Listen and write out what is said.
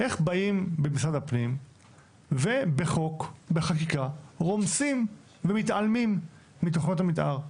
איך באים במשרד הפנים ובחקיקה רומסים ומתעלמים מדוחות המתאר?